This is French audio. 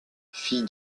fille